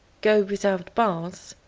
go without baths,